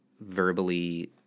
verbally